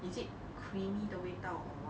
is it creamy 的味道 or what